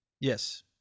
Yes